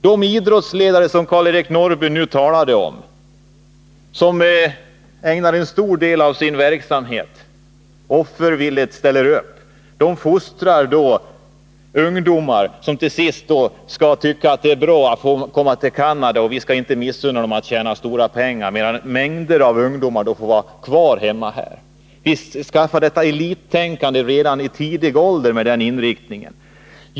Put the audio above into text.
De idrottsledare som Karl-Erik Norrby nyss talade om ägnar en stor del av sin verksamhet åt att offervilligt ställa upp för att fostra ungdomar, som till sist skall tycka att det är bra att få komma till Canada — och vi skall inte missunna dem att tjäna stora pengar — medan mängder av ungdomar får vara kvar här hemma. Visst skapar en idrott med denna inriktning elittänkande redan vid tidig ålder.